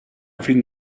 fin